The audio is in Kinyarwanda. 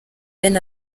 ben